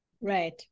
right